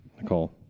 nicole